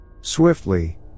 Swiftly